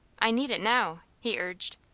i need it now, he urged.